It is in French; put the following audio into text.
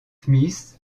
smith